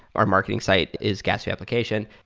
our marketing site is gatsby application.